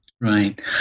Right